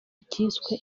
kiswe